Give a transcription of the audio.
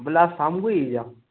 बोले आप शाम को ही